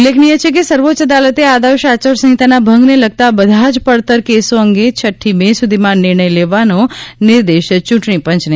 ઉલ્લેખનીય છે કે સર્વોચ્ચ અદાલતે આદર્શ આચારસંહિતાના ભંગને લગતા બધા જ પડતર કેસો અંગે છઠ્ઠી મે સુધીમાં નિર્ણય લેવાનો નિર્દેશ ચૂંટણી પંચને આપ્યો હતો